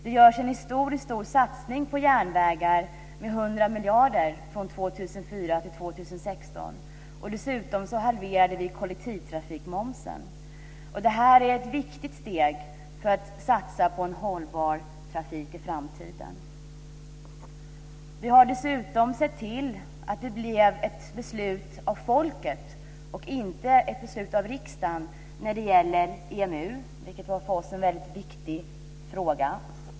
Det görs en historiskt stor satsning på järnvägar med 100 miljarder från 2004 till Detta är ett viktigt steg för att åstadkomma en hållbar trafik i framtiden. Dessutom har vi sett till att det var folket och inte riksdagen som fattade beslut när det gäller EMU, vilket för oss var en väldigt viktig fråga.